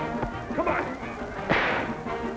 and then